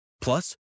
Plus